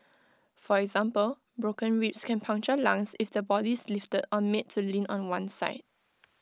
for example broken ribs can puncture lungs if the body is lifted or made to lean on one side